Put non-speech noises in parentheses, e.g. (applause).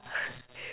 (laughs)